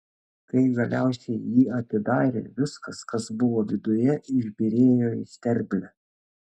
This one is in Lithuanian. kai galiausiai jį atidarė viskas kas buvo viduje išbyrėjo į sterblę